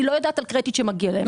אני לא יודעת על קרדיט שמגיע להם.